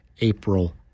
April